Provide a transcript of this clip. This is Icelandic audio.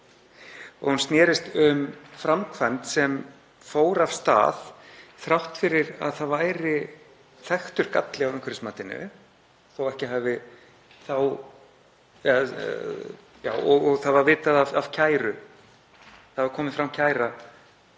Hún snerist um framkvæmd sem fór af stað þrátt fyrir að það væri þekktur galli á umhverfismatinu, þótt það væri vitað af kæru. Það var komin fram kæra